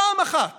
פעם אחת